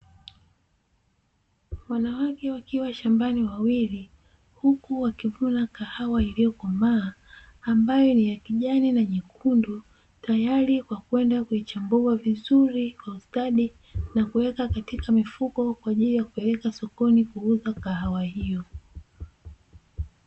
Wanawake wakiwa shambani wawili, huku wakivuna kahawa iliyokomaa, ambayo ni ya kijani na nyekundu, tayari kwa kwenda kuichambua vizuri kwa ustadi na kuweka katika mifuko kwa ajili ya kupeleka sokoni kuuza kahawa hiyo.